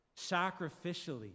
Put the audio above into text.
sacrificially